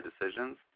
decisions